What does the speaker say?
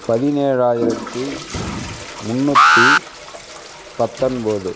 பதினேழாயிரத்து முன்னூற்றி பத்தொன்போது